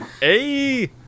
hey